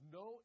no